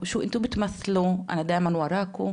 הוא מוזמן מטעם הוועדה ואני מבקשת ומדגישה